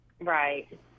right